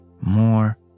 more